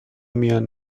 میان